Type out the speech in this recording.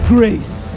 Grace